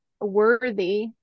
worthy